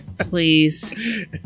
please